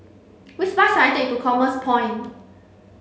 which bus should I take to Commerce Point